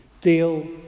deal